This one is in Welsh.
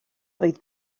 oedd